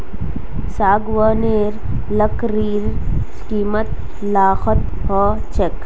सागवानेर लकड़ीर कीमत लाखत ह छेक